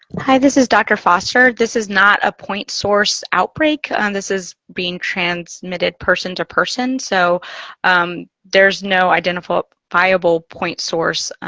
hi, this is dr. foster. this is not a point-source outbreak. and this is being transmitted person to person. so there's no identifiable identifiable point source